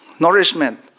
nourishment